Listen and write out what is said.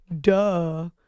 Duh